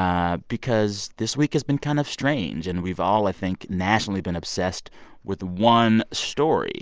ah because this week has been kind of strange, and we've all, i think, nationally been obsessed with one story,